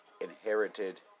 Inherited